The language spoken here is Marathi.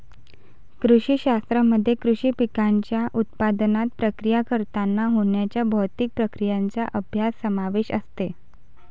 कृषी शास्त्रामध्ये कृषी पिकांच्या उत्पादनात, प्रक्रिया करताना होणाऱ्या भौतिक प्रक्रियांचा अभ्यास समावेश असते